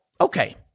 Okay